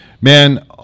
Man